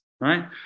right